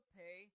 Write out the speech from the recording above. pay